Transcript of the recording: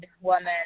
woman